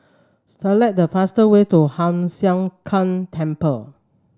select the fast way to Hoon Sian Keng Temple